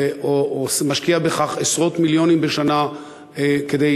ומשקיע עשרות מיליוני דולרים בשנה כדי